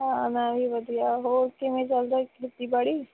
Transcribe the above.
ਹਾਂ ਮੈਂ ਵੀ ਵਧੀਆ ਹੋਰ ਕਿਵੇਂ ਚੱਲਦਾ ਖੇਤੀਬਾੜੀ